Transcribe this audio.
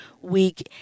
week